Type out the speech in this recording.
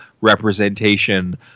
representation